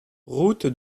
route